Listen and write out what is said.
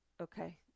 okay